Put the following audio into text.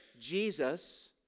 Jesus